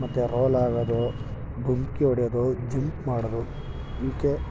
ಮತ್ತು ರೋಲಾಗೋದು ಡುಮಕಿ ಹೊಡಿಯೋದು ಜಂಪ್ ಮಾಡೋದು ಈಗೆ